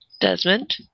Desmond